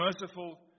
merciful